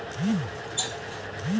हमका खाता में पइसा भेजे के बा